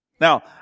Now